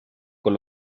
con